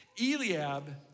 Eliab